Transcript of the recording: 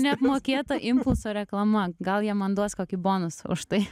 neapmokėta impulso reklama gal jie man duos kokį bonusą už tai